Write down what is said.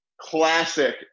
classic